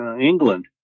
England